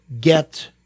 get